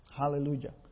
Hallelujah